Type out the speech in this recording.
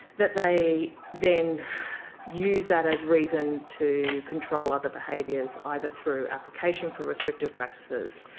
that they then use that as reason to control other behaviours, either through application for restrictive practices,